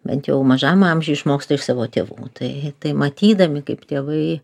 bent jau mažam amžiuj išmoksta iš savo tėvų tai matydami kaip tėvai